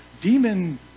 demon